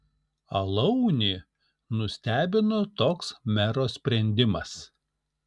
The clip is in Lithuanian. alaunį nustebino toks mero sprendimas